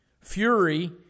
fury